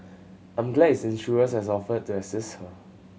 I'm glad its insurers has offered to assist her